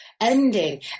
Ending